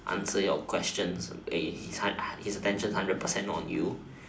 answer your questions his attention hundred percent on you